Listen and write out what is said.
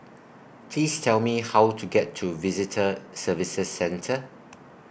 Please Tell Me How to get to Visitor Services Centre